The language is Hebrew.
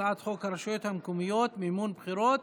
הצעת חוק הרשויות המקומיות (מימון בחירות)